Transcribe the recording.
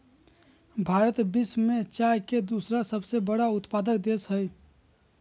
भारत विश्व में चाय के दूसरा सबसे बड़ा उत्पादक देश हइ